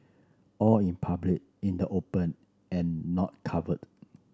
all in public in the open and not covered